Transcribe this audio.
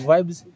Vibes